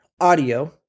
audio